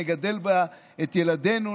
נגדל בה את ילדינו,